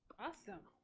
awesome,